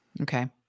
Okay